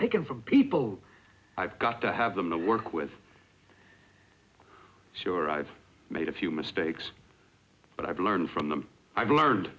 taken from people i've got to have them to work with sure i've made a few mistakes but i've learned from them i've learned